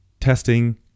testing